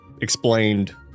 explained